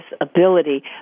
ability